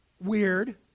weird